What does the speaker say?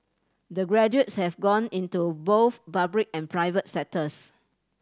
the graduates have gone into both public and private sectors